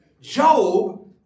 Job